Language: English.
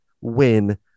win